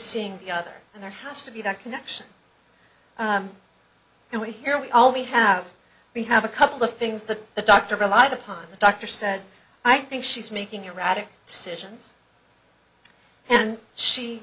seeing the other and there has to be that connection and we here we all we have we have a couple of things that the doctor relied upon the doctor said i think she's making erratic citizens and she